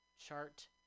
chart